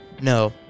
no